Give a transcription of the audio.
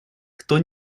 кто